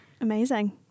Amazing